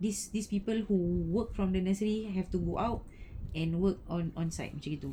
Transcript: these these people who work from the nursery have to go out and work on on site macam begitu